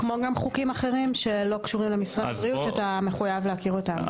כמו חוקים אחרים שלא קשורים למשרד הבריאות שאתה מחויב להכיר אותם.